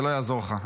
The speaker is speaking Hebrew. זה לא יעזור לך,